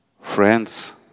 friends